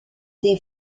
des